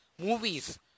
movies